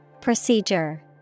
Procedure